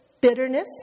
bitterness